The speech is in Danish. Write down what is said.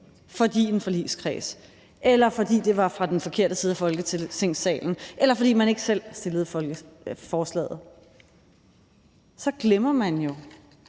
er en forligskreds, eller fordi det kom fra den forkerte side af Folketingssalen, eller fordi man ikke selv fremsatte forslaget, så glemmer man jo,